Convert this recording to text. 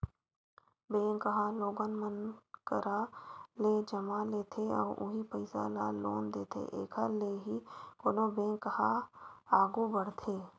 bank ह लोगन मन करा ले जमा लेथे अउ उहीं पइसा ल लोन देथे एखर ले ही कोनो बेंक ह आघू बड़थे